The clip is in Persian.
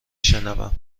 شنوم